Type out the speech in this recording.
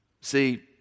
See